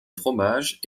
fromage